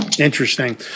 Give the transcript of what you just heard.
Interesting